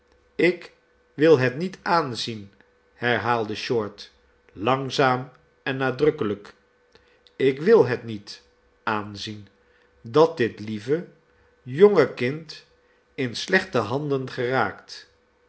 ik wil het niet aanzien herhaalde short langzaam en nadrukkelijk ik wil het niet aanzien dat dit lieve jonge kind in slechte handen geraakt